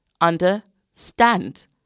understand